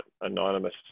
anonymous